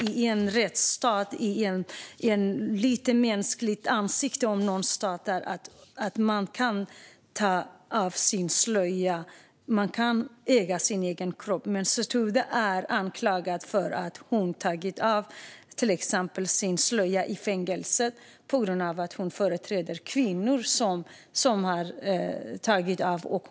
I en rättsstat, i en stat med lite mer mänskligt ansikte, kan man ta av sin slöja och äga sin egen kropp. Sotoudeh är anklagad för att ha tagit av sin slöja till exempel i fängelset, på grund av att hon företräder kvinnor som har tagit av slöjan.